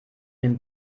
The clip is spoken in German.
den